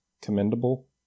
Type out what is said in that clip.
commendable